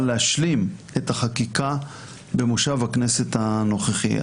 להשלים את החקיקה במושב הכנסת הנוכחי.